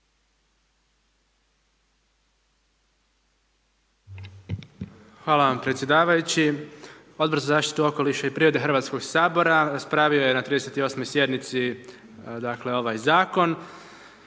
Hvala vam predsjedavajući, Odbor za zaštitu okoliša i prirode Hrvatskog sabora raspravio je na 38. sjednici ovaj zakon